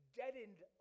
deadened